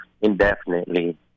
indefinitely